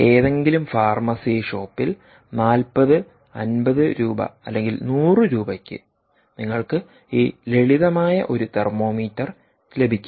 ഏതെങ്കിലും ഫാർമസി ഷോപ്പിൽ 40 50 രൂപ അല്ലെങ്കിൽ 100 രൂപയ്ക്ക്നിങ്ങൾക്ക് ഈ ലളിതമായ ഒരു തെർമോമീറ്റർ ലഭിക്കും